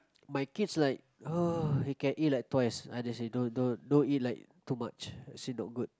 my kids like he can eat like twice I just say don't don't don't eat like too much I say not good